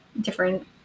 different